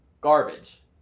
garbage